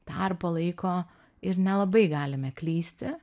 darbo laiko ir nelabai galime klysti